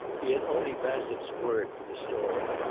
he had only bassett's word for the story.